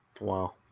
wow